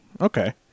Okay